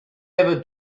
ever